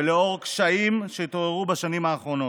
ובעקבות קשיים שהתעוררו בשנים האחרונות.